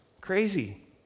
Crazy